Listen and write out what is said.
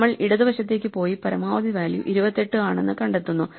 നമ്മൾ ഇടതുവശത്തേക്ക് പോയി പരമാവധി വാല്യൂ 28 ആണെന്ന് കണ്ടെത്തുന്നു